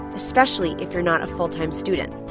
especially if you're not a full-time student